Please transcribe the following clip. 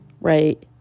right